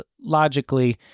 Logically